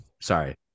Sorry